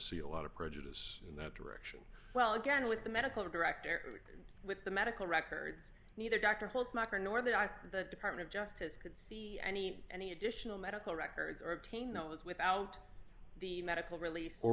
see a lot of prejudice in that direction well again with the medical director with the medical records neither doctor holds mocker nor that i think the department of justice could see any any additional medical records or obtain those without the medical rel